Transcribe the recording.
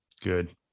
good